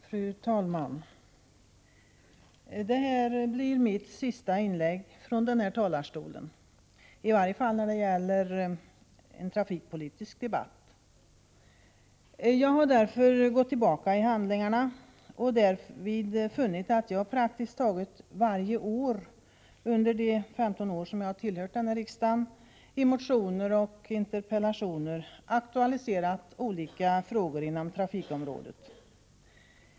Fru talman! Det här blir mitt sista inlägg från den här talarstolen, i varje fall när det gäller en trafikpolitisk debatt. Jag har därför gått tillbaka i handlingarna och därvid funnit att jag praktiskt taget varje år under de 15 år jag tillhört riksdagen i motioner och interpellationer aktualiserat olika frågor inom trafikområdet.